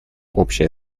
общее